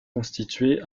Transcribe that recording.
constitués